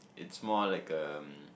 it's more like um